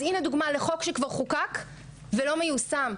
אז הנה דוגמא לחוק שכבר חוקק ולא מיושם.